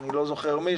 אני לא זוכר מי,